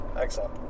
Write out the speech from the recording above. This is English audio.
Excellent